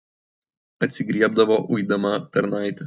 atsigriebdavo uidama tarnaites